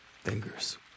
Fingers